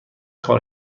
کار